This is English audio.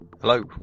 Hello